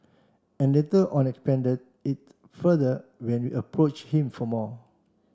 and later on expanded it further when approach him for more